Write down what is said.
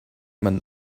man